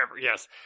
yes